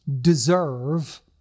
deserve